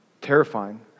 terrifying